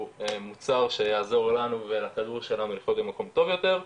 מוצר שיעזור לנו ולכדור שלנו להיות במקום טוב יותר.